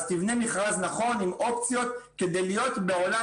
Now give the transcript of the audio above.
אז תבנה מכרז נכון עם אופציות כדי להיות בעולם